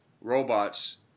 robots